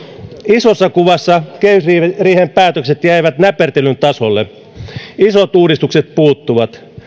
isossa kuvassa kehysriihen päätökset jäivät näpertelyn tasolle isot uudistukset puuttuvat